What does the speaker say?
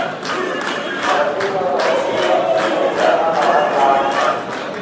धरती म सबो किसम के परदूसन ह बाढ़त जात हे